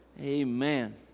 Amen